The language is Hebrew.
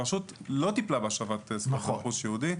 הרשות לא טיפלה בהשבת זכויות ורכוש יהודי.